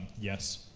yes,